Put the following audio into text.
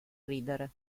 ridere